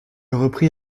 reprit